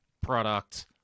product